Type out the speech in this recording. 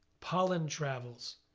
pollen travels,